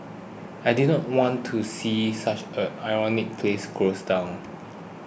I did not want to see such an iconic place close down